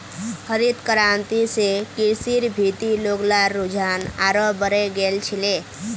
हरित क्रांति स कृषिर भीति लोग्लार रुझान आरोह बढ़े गेल छिले